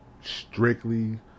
strictly